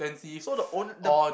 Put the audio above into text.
so the owner the